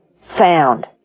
found